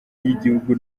ry’igihugu